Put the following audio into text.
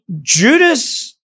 Judas